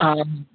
हा